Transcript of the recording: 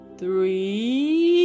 three